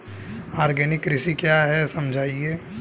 Organic कृषि क्या है समझाइए?